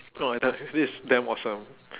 no I tell you this is damn awesome